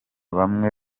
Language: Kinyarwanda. bamwe